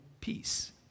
peace